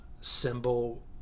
symbol